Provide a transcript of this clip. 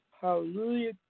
hallelujah